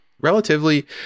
Relatively